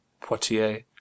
poitiers